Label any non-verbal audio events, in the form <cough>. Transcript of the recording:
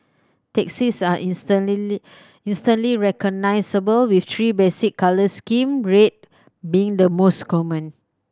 taxis are <unintelligible> instantly recognisable with three basic colour scheme red being the most common